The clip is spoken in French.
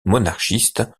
monarchiste